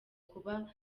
kuba